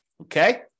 Okay